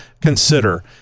consider